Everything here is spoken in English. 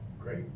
great